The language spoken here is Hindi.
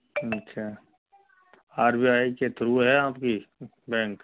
अच्छा आर बी आई के थ्रू है आपकी बैंक